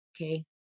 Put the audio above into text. Okay